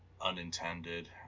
unintended